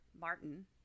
Martin